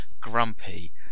grumpy